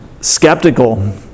skeptical